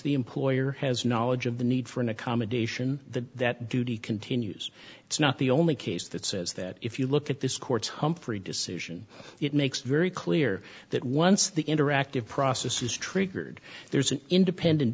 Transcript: the employer has knowledge of the need for an accommodation that that duty continues it's not the only case that says that if you look at this court's humphry decision it makes very clear that once the interactive process is triggered there's an independent